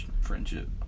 friendship